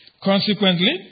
Consequently